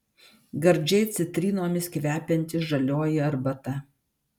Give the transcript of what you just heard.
gardžiai citrinomis kvepianti žalioji arbata